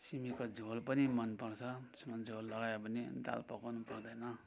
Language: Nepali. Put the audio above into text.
सिमीको झोल पनि मन पर्छ त्यसमा झोल लगायो भने दाल पकाउनु पर्दैन